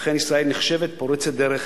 ואכן, ישראל נחשבת פורצת דרך